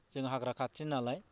जों हाग्रा खाथिनि नालाय